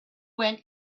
went